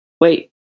Wait